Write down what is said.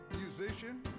musician